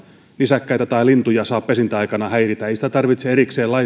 nisäkkäitä tai lintuja saa pesintäaikana häiritä ei sitä tarvitse erikseen